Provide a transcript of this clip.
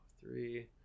three